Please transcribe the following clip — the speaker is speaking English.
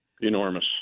Enormous